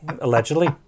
allegedly